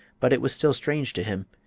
but it was still strange to him,